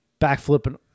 backflipping